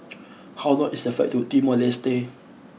how long is the flight to Timor Leste